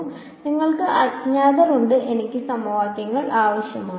അതിനാൽ നിങ്ങൾക്ക് അജ്ഞാതർ ഉണ്ട് എനിക്ക് സമവാക്യങ്ങൾ ആവശ്യമാണ്